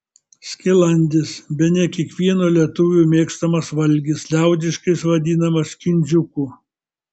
skilandis bene kiekvieno lietuvio mėgstamas valgis liaudiškai jis vadinamas kindziuku